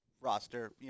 roster